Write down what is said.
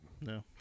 No